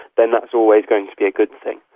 then that's always going to be a good thing.